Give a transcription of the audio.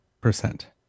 percent